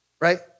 Right